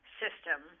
system –